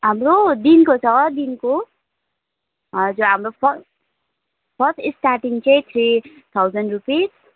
हाम्रो दिनको छ दिनको हजुर हाम्रो फ फर्स्ट स्टार्टिङ चाहिँ थ्री थाउजन रुपिस